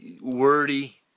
wordy